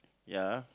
ya